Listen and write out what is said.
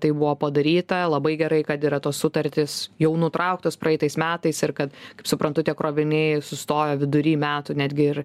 tai buvo padaryta labai gerai kad yra tos sutartys jau nutrauktos praeitais metais ir kad kaip suprantu tie kroviniai sustojo vidury metų netgi ir